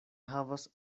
havas